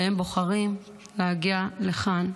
והם בוחרים להגיע לכאן.